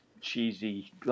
cheesy